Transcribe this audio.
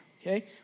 Okay